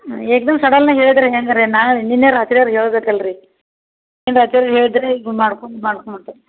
ಏಕ್ದಮ್ ಸಡಲ್ನಾಗಿ ಹೇಳಿದ್ರೆ ಹೆಂಗೆ ರೀ ನಾ ನಿನ್ನೆ ರಾತ್ರಿ ಅವ್ರಿಗೆ ಹೇಳ್ಬೇಕು ಅಲ್ರಿ ನಿನ್ನೆ ರಾತ್ರಿ ಅವ್ರಿಗೆ ಹೇಳಿದ್ರೆ ಈಗ ಮಾಡ್ಕೊಮ್ ಮಾಡ್ಕೊಂಡು ಹೊಂಟೆ